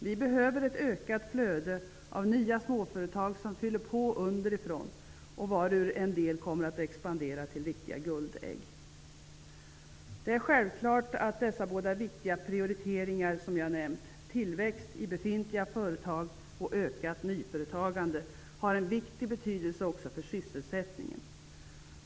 Vi behöver ett ökat flöde av nya småföretag som fyller på underifrån och varur en del kommer att expandera till riktiga guldägg. Det är självklart att dessa båda viktiga prioriteringar som jag nämnt, dvs. tillväxt i befintliga företag och ökat nyföretagande, har en viktig betydelse också för sysselsättningen.